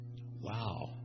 Wow